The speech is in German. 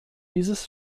dieses